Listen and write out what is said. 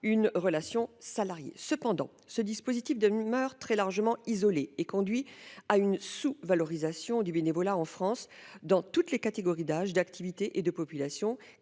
d'une relation salariée. Cependant, ce dispositif demeure très largement isolé et conduit à une sous-valorisation du bénévolat en France, dans toutes les catégories d'âge, d'activité et de population